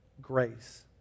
grace